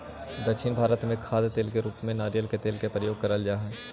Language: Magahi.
दक्षिण भारत में खाद्य तेल के रूप में नारियल के तेल का प्रयोग करल जा हई